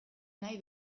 nahi